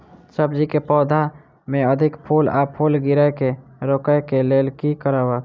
सब्जी कऽ पौधा मे अधिक फूल आ फूल गिरय केँ रोकय कऽ लेल की करब?